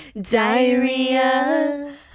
Diarrhea